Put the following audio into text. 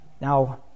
now